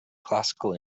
classical